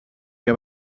que